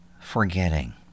Forgetting